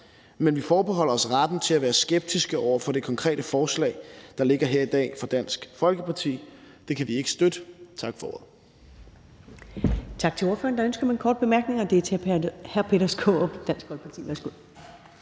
men vi forbeholder os retten til at være skeptiske over for det konkrete forslag, der ligger her i dag, fra Dansk Folkeparti. Det kan vi ikke støtte. Tak for ordet.